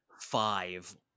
five